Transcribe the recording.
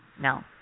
No